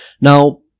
Now